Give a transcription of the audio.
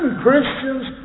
Christians